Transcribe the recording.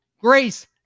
Grace